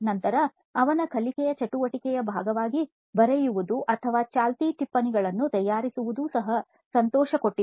ನಂತರ ಅವನ ಕಲಿಕೆಯ ಚಟುವಟಿಕೆಯ ಭಾಗವಾಗಿ ಬರೆಯುವುದು ಅಥವಾ ಚಾಲ್ತಿ ಟಿಪ್ಪಣಿಗಳನ್ನು ತಯಾರಿಸುವುದು ಸಹ ಸಂತೋಷಕೊಟ್ಟಿತ್ತು